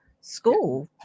school